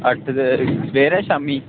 अट्ठ बजे सवेरे शामीं